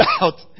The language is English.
out